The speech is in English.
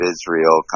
Israel